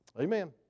Amen